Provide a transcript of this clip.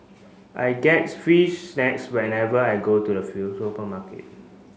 I get free snacks whenever I go to the supermarket